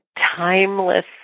timeless